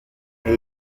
elle